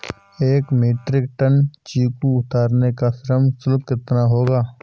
एक metric ton चीकू उतारने का श्रम शुल्क कितना होगा?